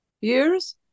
years